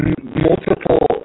multiple